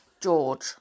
George